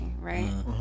right